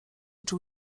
czuł